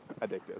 addictive